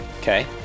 Okay